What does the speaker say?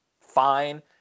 fine